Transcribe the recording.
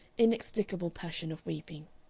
inexplicable passion of weeping.